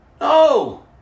No